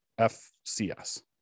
FCS